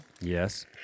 Yes